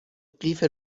قیف